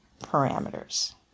parameters